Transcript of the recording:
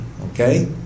Okay